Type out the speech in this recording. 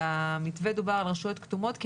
יש